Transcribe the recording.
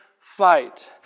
Fight